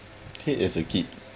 hate as kid